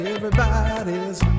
Everybody's